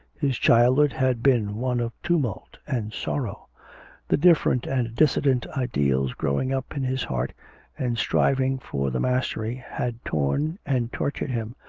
his childhood had been one of tumult and sorrow the different and dissident ideals growing up in his heart and striving for the mastery, had torn and tortured him,